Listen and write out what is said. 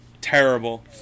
terrible